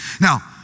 Now